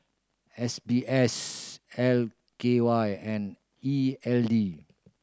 S B S L K Y and E L D